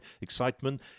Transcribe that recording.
excitement